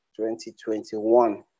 2021